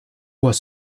was